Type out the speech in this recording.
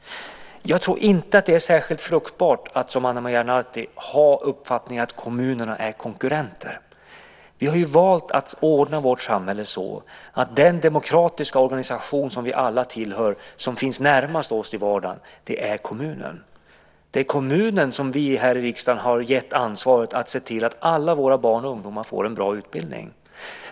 Jag tror inte att det är särskilt fruktbart att som Ana Maria Narti ha uppfattningen att kommunerna är konkurrenter. Vi har ju valt att ordna vårt samhälle så att den demokratiska organisation som vi alla tillhör, som finns närmast oss i vardagen, är kommunen. Det är kommunen som vi här i riksdagen har givit ansvaret att se till att alla våra barn och ungdomar får en bra utbildning.